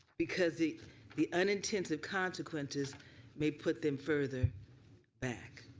because the the unintended consequences may put them further back,